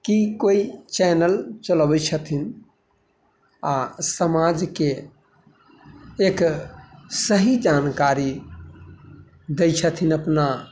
की कोई चैनल चलाबै छथिन आओर समाजके एक सही जानकारी दै छथिन अपना